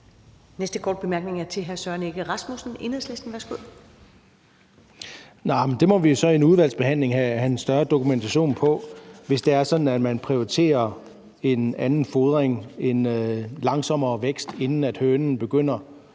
Næste korte bemærkning er til hr. Søren Egge Rasmussen, Enhedslisten. Værsgo. Kl. 13:52 Søren Egge Rasmussen (EL): Det må vi så i udvalgsbehandlingen have en større dokumentation på, hvis det er sådan, at man prioriterer en anden fodring, en langsommere vækst inden hønen begynder